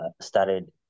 started